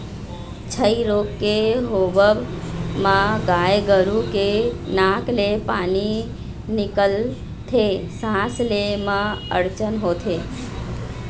छई रोग के होवब म गाय गरु के नाक ले पानी निकलथे, सांस ले म अड़चन होथे